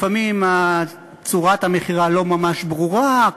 לפעמים צורת המכירה לא ממש ברורה,